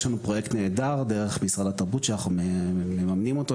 לנו פרויקט נהדר דרך משרד התרבות שאנחנו ממנים אותו,